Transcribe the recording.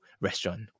restaurant